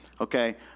okay